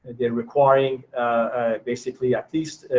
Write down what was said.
and they're requiring basically at least,